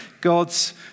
God's